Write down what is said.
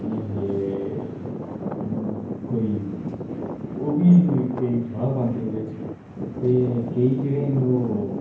जियां आखदे कोई ओह् बी केईं सोआह् पांदे हे बिच्च ते केईं जेह्ड़े न ओह्